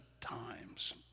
times